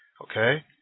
Okay